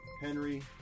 Henry